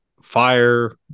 fire